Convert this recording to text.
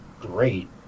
great